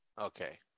Okay